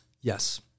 Yes